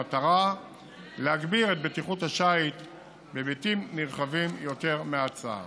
במטרה להגביר את בטיחות השיט בהיבטים נרחבים יותר מההצעה.